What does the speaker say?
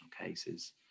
cases